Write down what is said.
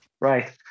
right